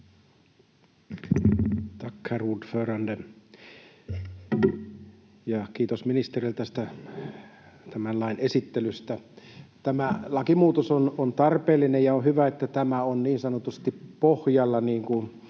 kiitos ministerille tämän lain esittelystä. Tämä lakimuutos on tarpeellinen, ja on hyvä, että tämä on niin sanotusti pohjalla,